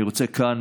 אני רוצה כאן,